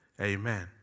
Amen